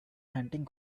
hunting